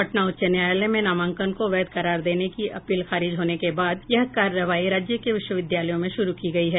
पटना उच्च न्यायालय में नामांकन को वैध करार देने की अपील खारिज होने के बाद यह कार्रवाई राज्य के विश्वविद्यालयों में शुरू की गयी है